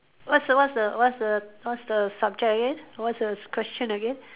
what's the what's the what's the what's the subject again what's the question again